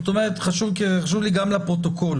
חשוב לי גם לפרוטוקול